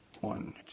One